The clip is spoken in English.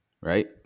right